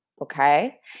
Okay